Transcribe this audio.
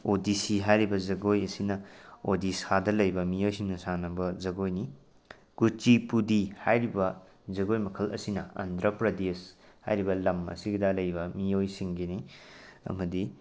odyssey ꯍꯥꯏꯔꯤꯕ ꯖꯒꯣꯏ ꯑꯁꯤꯅ ꯑꯣꯗꯤꯁꯥꯗ ꯂꯩꯕ ꯃꯤꯑꯣꯏꯁꯤꯡꯅ ꯁꯥꯅꯕ ꯖꯒꯣꯏꯅꯤ ꯀꯨꯆꯤꯄꯨꯗꯤ ꯍꯥꯏꯔꯤꯕ ꯖꯒꯣꯏ ꯃꯈꯜ ꯑꯁꯤꯅ ꯑꯟꯗ꯭ꯔ ꯄ꯭ꯔꯗꯦꯁ ꯍꯥꯏꯔꯤꯕ ꯂꯝ ꯑꯁꯤꯗ ꯂꯩꯕ ꯃꯤꯑꯣꯏꯁꯤꯡꯒꯤꯅꯤ ꯑꯃꯗꯤ